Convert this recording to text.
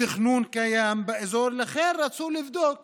תכנון קיים באזור ולכן רצו לבדוק